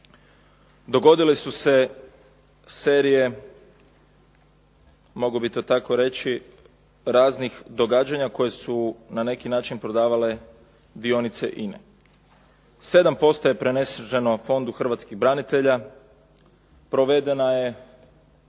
dogodile su se serije, mogao bih to tako reći, raznih događanja koje su na neki način prodavale dionice INA-e. 7% je preneseno Fondu hrvatskih branitelja, provedena je